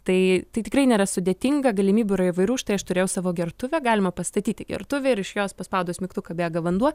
tai tai tikrai nėra sudėtinga galimybių yra įvairių štai aš turėjau savo gertuvę galima pastatyti gertuvę ir iš jos paspaudus mygtuką bėga vanduo